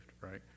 right